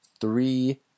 three